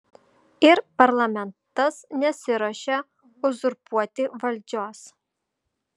ir parlamentas nesiruošia uzurpuoti valdžios